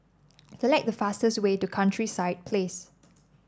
select the fastest way to Countryside Place